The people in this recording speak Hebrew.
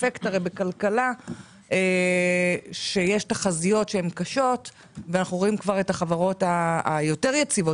הרי בכלכלה כשיש תחזיות קשות אנחנו רואים את החברות היציבות